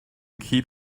keep